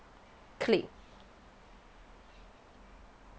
clique